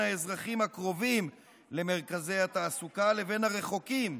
האזרחים הקרובים למרכזי התעסוקה לבין הרחוקים,